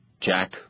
Jack